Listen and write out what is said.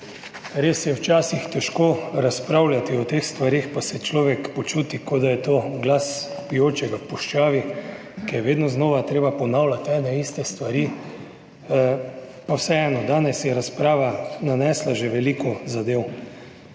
Res je včasih težko razpravljati o teh stvareh, pa se človek počuti, kot da je to glas vpijočega v puščavi, ki je vedno znova treba ponavljati ene in iste stvari, pa vseeno. Danes je razprava nanesla že veliko zadev.